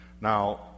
Now